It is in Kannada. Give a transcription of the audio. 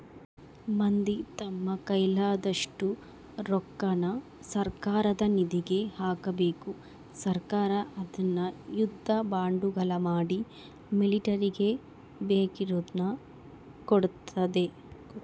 ಮಂದಿ ತಮ್ಮ ಕೈಲಾದಷ್ಟು ರೊಕ್ಕನ ಸರ್ಕಾರದ ನಿಧಿಗೆ ಹಾಕಬೇಕು ಸರ್ಕಾರ ಅದ್ನ ಯುದ್ಧ ಬಾಂಡುಗಳ ಮಾಡಿ ಮಿಲಿಟರಿಗೆ ಬೇಕಿರುದ್ನ ಕೊಡ್ತತೆ